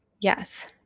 Yes